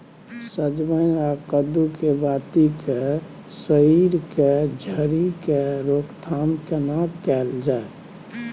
सजमैन आ कद्दू के बाती के सईर के झरि के रोकथाम केना कैल जाय?